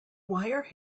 wire